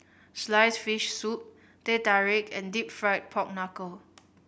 sliced fish soup Teh Tarik and Deep Fried Pork Knuckle